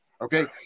okay